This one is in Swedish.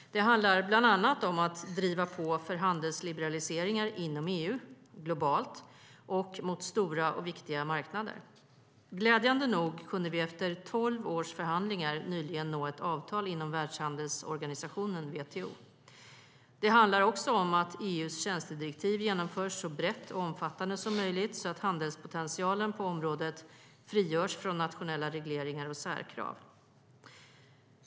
Det handlar bland annat om att driva på för handelsliberaliseringar inom EU, globalt och mot stora och viktiga marknader. Glädjande nog kunde vi efter tolv års förhandlingar nyligen nå ett avtal inom Världshandelsorganisationen, WTO. Det handlar också om att EU:s tjänstedirektiv genomförs så brett och omfattande som möjligt så att handelspotentialen på området frigörs från nationella regleringar och särkrav.